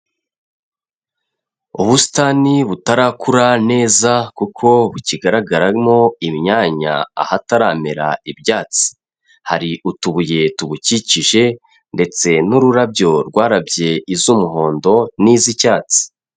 Ubusitani butarakura neza kuko bukigaragaramo imyanya ahataramera ibyatsi, hari utubuye tubukikije ndetse n'ururabyo rwarabye iz'umuhondo n'iz'icyatsi.